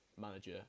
manager